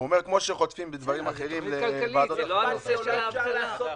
אולי אפשר לקיים את זה בוועדה המשותפת,